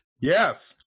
Yes